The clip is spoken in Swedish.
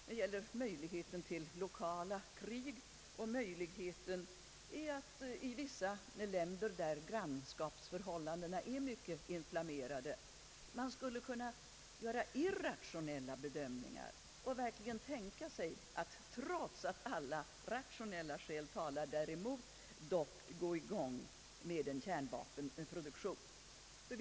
Den knyter sig till lokala krig och möjligheten att man i vissa länder, där grannskapsförhållandena är mycket inflammerade, skulle kunna göra irrationella bedömningar och verkligen tänka sig att, trots att rationella skäl talar däremot, ändå sätta i gång med en kärnvapenproduktion.